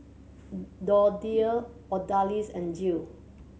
Dorthea Odalis and Jill